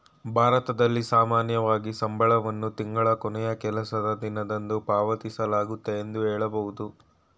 ಭಾರತದಲ್ಲಿ ಸಾಮಾನ್ಯವಾಗಿ ಸಂಬಳವನ್ನು ತಿಂಗಳ ಕೊನೆಯ ಕೆಲಸದ ದಿನದಂದು ಪಾವತಿಸಲಾಗುತ್ತೆ ಎಂದು ಹೇಳಬಹುದು